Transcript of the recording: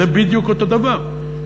זה בדיוק אותו דבר.